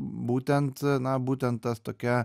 būtent na būtent ta tokia